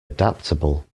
adaptable